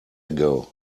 ago